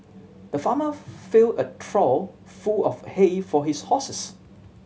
the farmer filled a trough full of hay for his horses